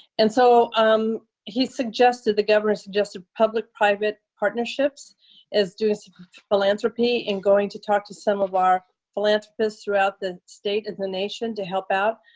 and so um he suggested, the governor suggested, public private partnerships is doing philanthropy and going to talk to some of our philanthropists throughout the state and the nation to help out.